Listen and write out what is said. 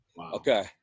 okay